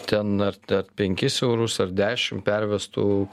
ten ar ar penkis eurus ar dešimt pervestų